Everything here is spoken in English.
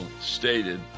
stated